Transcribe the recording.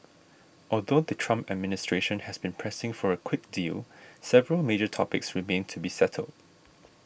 although the Trump administration has been pressing for a quick deal several major topics remain to be settled